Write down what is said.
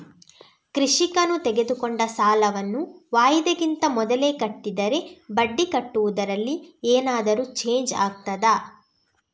ಕೃಷಿಕನು ತೆಗೆದುಕೊಂಡ ಸಾಲವನ್ನು ವಾಯಿದೆಗಿಂತ ಮೊದಲೇ ಕಟ್ಟಿದರೆ ಬಡ್ಡಿ ಕಟ್ಟುವುದರಲ್ಲಿ ಏನಾದರೂ ಚೇಂಜ್ ಆಗ್ತದಾ?